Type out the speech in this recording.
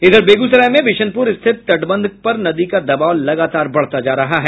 इधर बेगूसराय में विशनपुर स्थित तटबंध पर नदी का दबाव लगातार बढ़ता जा रहा है